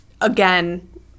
again